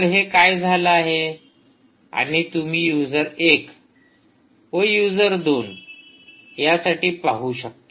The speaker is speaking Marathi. तर हे काय झालं आहे आणि तुम्ही हे युजर १ व यूजर 2 साठी पाहू शकता